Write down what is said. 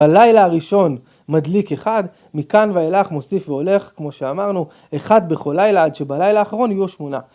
בלילה הראשון מדליק אחד. מכאן ואילך, מוסיף והולך, כמו שאמרנו, אחד בכל לילה, עד שבלילה האחרון יהיו שמונה.